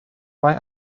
mae